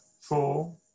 four